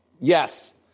Yes